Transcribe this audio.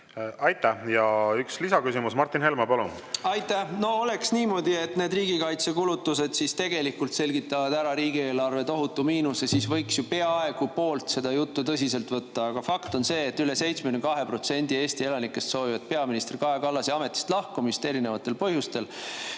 Aitäh! Üks lisaküsimus. Martin Helme, palun! Aitäh! No kui oleks niimoodi, et need riigikaitsekulutused tegelikult selgitavad ära riigieelarve tohutu miinuse, siis võiks ju peaaegu poolt seda juttu tõsiselt võtta. Aga fakt on see, et üle 72% Eesti elanikest soovivad peaminister Kaja Kallase ametist lahkumist, erinevatel põhjustel.